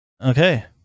Okay